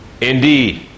indeed